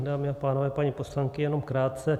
Dámy a pánové, paní poslankyně, jenom krátce.